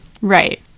Right